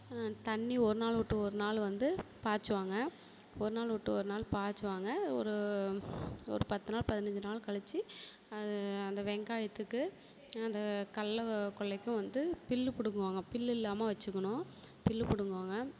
தண்ணி ஒரு நாள் விட்டு ஒரு நாள் வந்து பாய்ச்சுவாங்க ஒரு நாள் விட்டு ஒரு நாள் பாய்ச்சுவாங்க ஒரு ஒரு பத்து நாள் பதினஞ்சு நாள் கழிச்சி அது அந்த வெங்காயத்துக்கு அந்த கடலை கொல்லைக்கும் வந்து புல்லு பிடுங்குவாங்க புல்லு இல்லாமல் வச்சுக்கணும் புல்லு பிடுங்குவாங்க